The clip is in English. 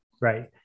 Right